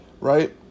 right